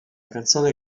canzone